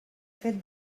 fet